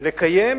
לקיים